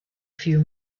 few